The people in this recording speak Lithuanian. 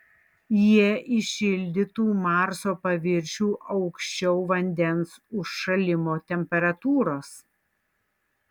jie įšildytų marso paviršių aukščiau vandens užšalimo temperatūros